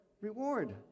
reward